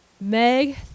Meg